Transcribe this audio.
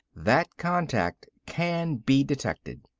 that contact can be detected.